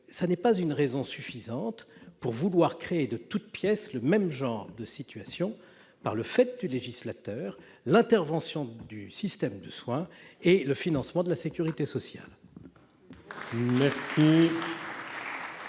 ce n'est pas une raison suffisante pour vouloir créer de toutes pièces le même genre de situations par le fait du législateur, l'intervention du système de soins et le financement de la sécurité sociale !